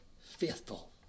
faithful